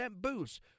boost